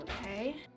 Okay